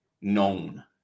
known